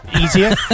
easier